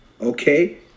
Okay